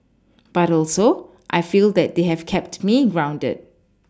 but also I feel that they have kept me grounded